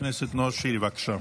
חבר הכנסת נאור שירי, בבקשה.